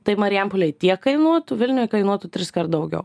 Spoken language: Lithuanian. tai marijampolėj tiek kainuotų vilniuj kainuotų triskart daugiau